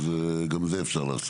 גם את זה אפשר לעשות.